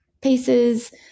pieces